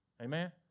Amen